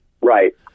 Right